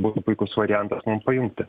būtų puikus variantas mum paimti